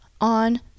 on